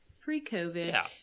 pre-covid